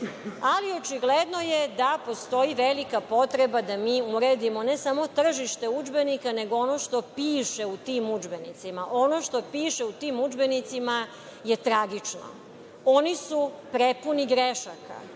očigledno je da postoji velika potreba da mi uredimo ne samo tržište udžbenika, nego i ono što piše u tim udžbenicima. Ono što piše u tim udžbenicima je tragično. Oni su prepuni grešaka.